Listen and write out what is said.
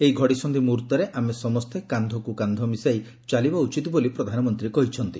ଏହି ଘଡିସକ୍ଧି ମୁହୂର୍ଭରେ ଆମେ ସମସ୍ତେ କାକ୍ଧକୁ କାକ୍ଧ ମିଶାଇ ଚାଲିବା ଉଚିତ୍ ବୋଲି ପ୍ରଧାନମନ୍ତା କହିଛନ୍ତି